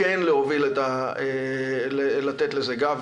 כן לתת לזה גב.